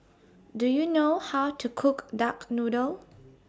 Do YOU know How to Cook Duck Noodle